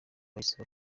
bahise